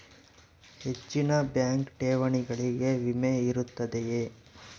ಹೆಚ್ಚಿನ ಬ್ಯಾಂಕ್ ಠೇವಣಿಗಳಿಗೆ ವಿಮೆ ಇರುತ್ತದೆಯೆ?